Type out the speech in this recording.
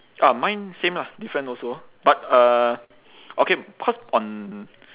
ah mine same lah different also but uh okay cause on